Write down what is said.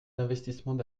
d’investissements